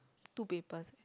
two papers